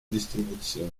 distribuzione